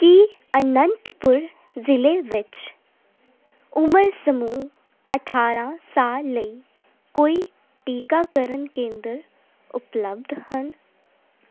ਕੀ ਅਨੰਤਪੁਰ ਜ਼ਿਲ੍ਹੇ ਵਿੱਚ ਉਮਰ ਸਮੂਹ ਅਠਾਰ੍ਹਾਂ ਸਾਲ ਲਈ ਕੋਈ ਟੀਕਾਕਰਨ ਕੇਂਦਰ ਉਪਲੱਬਧ ਹਨ